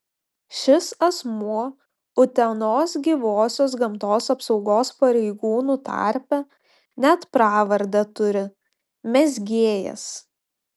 šis asmuo utenos gyvosios gamtos apsaugos pareigūnų tarpe net pravardę turi mezgėjas